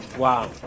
Wow